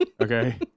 Okay